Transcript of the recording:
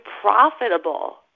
profitable